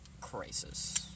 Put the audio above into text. crisis